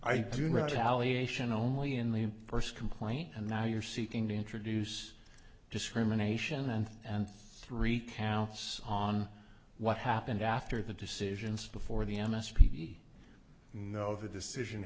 nation only in the first complaint and now you're seeking to introduce discrimination and and three counts on what happened after the decisions before the n s p know the decision